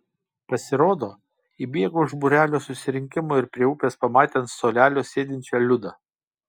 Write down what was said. pasirodo ji bėgo iš būrelio susirinkimo ir prie upės pamatė ant suolelio sėdinčią liudą